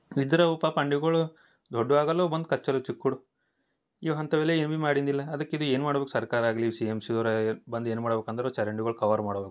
ಇದ್ರ ಅವು ಪಾಪ ಅಂಡಿಗುಳು ದೊಡ್ಡುವಾಗಲ ಅವು ಬಂದು ಕಚ್ಚಲ್ಲ ಚಿಕ್ಕುಳು ಇವು ಅಂಥವೆಲ್ಲ ಎಮೀ ಮಾಡಿಂದಿಲ್ಲ ಅದಕ್ಕಿದು ಏನು ಮಾಡ್ಬಕು ಸರ್ಕಾರ ಆಗಲಿ ಸಿ ಎಮ್ ಶಿವರಾಯ್ ಬಂದು ಏನು ಮಾಡ್ಬಕು ಅಂದರು ಚರಂಡಿಗುಳು ಕವರ್ ಮಾಡ್ಬಕು